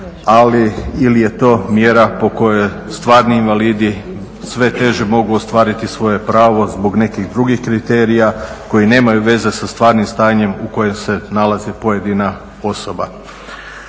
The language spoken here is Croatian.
ili je to mjera po kojoj stvarni invalidi sve teže mogu ostvariti svoje pravo zbog nekih drugih kriterija koji nemaju veze sa stvarnim stanjem u kojem se nalazi pojedina osoba.